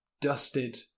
Dusted